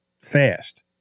fast